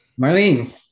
Marlene